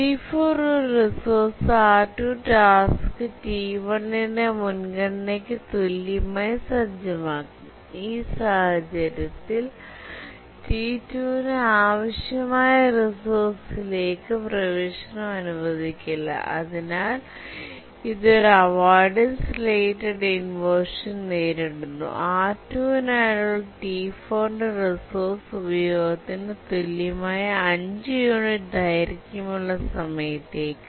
T4 ഒരു resource R2 task T1 ന്റെ മുൻഗണനയ്ക്ക് തുല്യമായി സജ്ജമാക്കും ഈ സാഹചര്യത്തിൽ T2 ന് ആവശ്യമായ റിസോഴ്സിലേക്ക് പ്രവേശനം അനുവദിക്കില്ല അതിനാൽ ഇത് ഒരു അവോയ്ഡൻസ് റിലേറ്റഡ് ഇൻവെർഷൻ നേരിടുന്നു R2 നായുള്ള T4 ന്റെ റിസോഴ്സ് ഉപയോഗത്തിന് തുല്യമായ 5 യൂണിറ്റ് ദൈർഘ്യം ഉള്ള സമയത്തേക്ക്